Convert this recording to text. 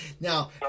Now